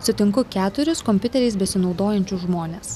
sutinku keturis kompiuteriais besinaudojančius žmones